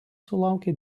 sulaukė